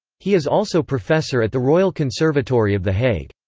he is also professor at the royal conservatory of the hague.